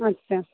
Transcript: আচ্ছা